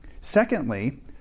Secondly